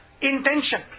Intention